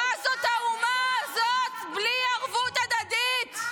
מה זאת האומה הזאת בלי ערבות הדדית?